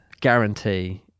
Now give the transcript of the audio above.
Guarantee